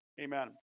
amen